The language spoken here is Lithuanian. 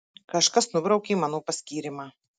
kažkas nubraukė mano paskyrimą